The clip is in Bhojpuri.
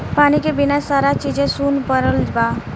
पानी के बिना सारा चीजे सुन परल बा